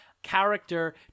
character